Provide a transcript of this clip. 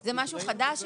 זה משהו חדש שמבוקש.